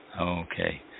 Okay